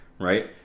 right